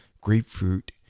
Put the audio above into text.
grapefruit